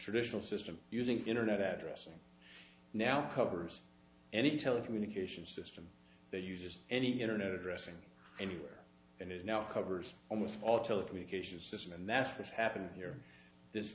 traditional system using internet addresses now covers any telecommunications system that uses any internet addressing anywhere and is now covers almost all telecommunications system and that's what's happened here this